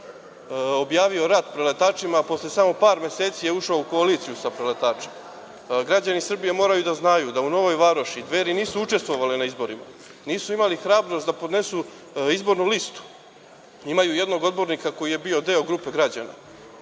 objavio rat preletačima, a posle samo par meseci je ušao u koaliciju sa preletačima. Građani Srbije moraju da znaju da u Novoj Varoši „Dveri“ nisu učestvovale na izborima, nisu imali hrabrost da podnesu izbornu listu. Imaju jednog odbornika koji je bio deo grupe građana